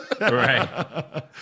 right